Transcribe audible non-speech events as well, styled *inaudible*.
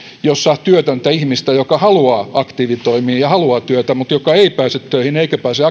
rangaistaan työtöntä ihmistä joka haluaa aktiivitoimiin ja haluaa työtä mutta joka ei pääse töihin eikä pääse *unintelligible*